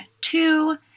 two